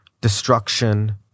destruction